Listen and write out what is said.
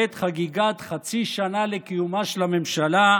בעת חגיגת חצי שנה לקיומה של הממשלה: